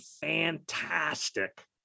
fantastic